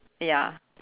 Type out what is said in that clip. ya